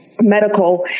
medical